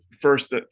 first